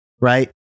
Right